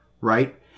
right